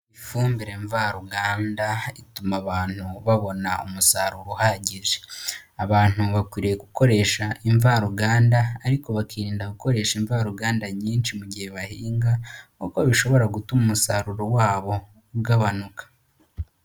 Ifumbire mvaruganda, ituma abantu babona umusaruro uhagije, abantu bakwiriye gukoresha imvaruganda, ariko bakirinda gukoresha imvaruganda nyinshi mu gihe bahinga, kuko bishobora gutuma umusaruro wabo ugabanuka.